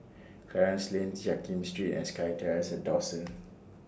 Clarence Lane Jiak Kim Street and SkyTerrace At Dawson